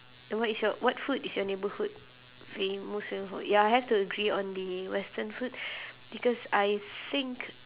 what is your what food is your neighbourhood famous most famous for ya I have to agree on the western food because I think